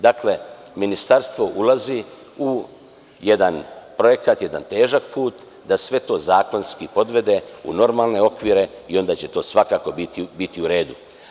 Dakle, Ministarstvo ulazi u jedan projekat, jedan težak put, da sve to zakonski podvede u normalne okvire i onda će to svakako biti u redu.